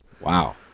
Wow